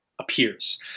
appears